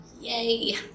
Yay